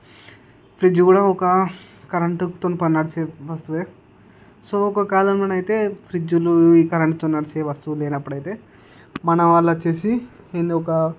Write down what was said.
fridge కూడా ఒక కరెంటుతో పని నడిచే వస్తువు సో ఒక కాలంలో అయితే ఫ్రిజ్లు ఈ కరెంటుతో నడిచే వస్తువులు లేనప్పుడు అయితే మన వాళ్ళు వచ్చి ఏంది ఒక